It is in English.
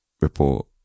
report